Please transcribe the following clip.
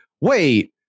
wait